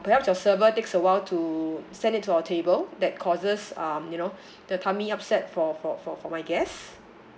perhaps your server takes a while to send it to our table that causes um you know the tummy upset for for for for my guests